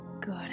Good